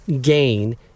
gain